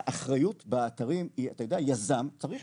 האחריות באתרים היא אתה יודע יזם צריך